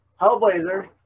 Hellblazer